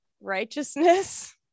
righteousness